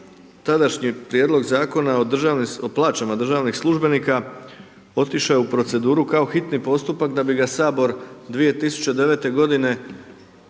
tadašnji prijedlog Zakona o plaćama državnih službenika, otišao je u proceduru kao hitni postupak da bi ga HS 2009.-te godine